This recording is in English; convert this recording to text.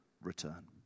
return